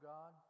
God